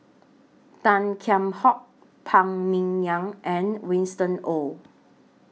Tan Kheam Hock Phan Ming Yen and Winston Oh